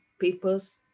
papers